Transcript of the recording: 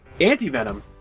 anti-venom